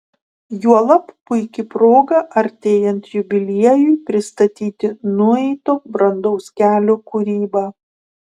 juolab puiki proga artėjant jubiliejui pristatyti nueito brandaus kelio kūrybą